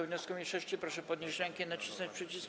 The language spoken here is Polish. wniosku mniejszości, proszę podnieść rękę i nacisnąć przycisk.